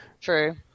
True